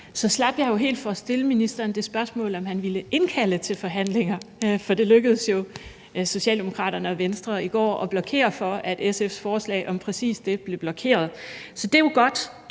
Så slap jeg helt for at stille ministeren spørgsmålet om, hvorvidt han ville indkalde til forhandlinger, for det lykkedes jo Socialdemokraterne og Venstre i går at blokere for SF's forslag om præcis det. Så det er jo godt,